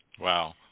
wow